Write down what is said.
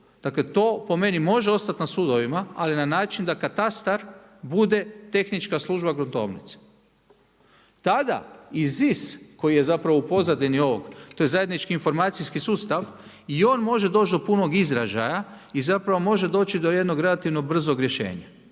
Dakle, to po meni može ostati na sudovima, ali na način da katastar bude tehnička služba gruntovnice. Tada, ZIS koji je zapravo u pozadini ovoga, to je zajednički informacijski sustav i on može doći do punog izražaja i zapravo može doći do jednog relativnog brzog rješenja.